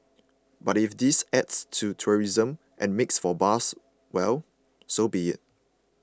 but if this adds to tourism and makes for buzz well so be it